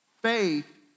Faith